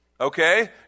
okay